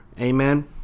Amen